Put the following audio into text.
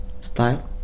style